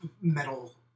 metal